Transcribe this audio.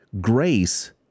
grace